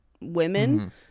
women